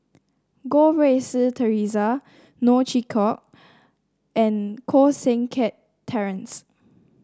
Goh Rui Si Theresa Neo Chwee Kok and Koh Seng Kiat Terence